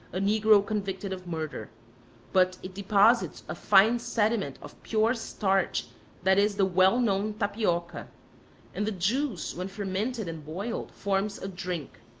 a negro convicted of murder but it deposits a fine sediment of pure starch that is the well-known tapioca and the juice, when fermented and boiled, forms a drink.